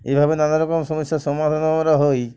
এইভাবে নানা রকম সমস্যা সমাধানরা হয়ে